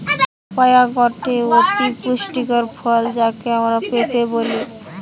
papaya গটে অতি পুষ্টিকর ফল যাকে আমরা পেঁপে বলি